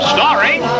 Starring